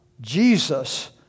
Jesus